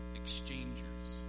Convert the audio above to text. exchangers